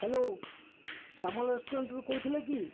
hello Samal ରେଷ୍ଟୁରେଣ୍ଟରୁ କହୁଥିଲେ କି